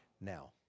Now